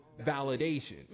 validation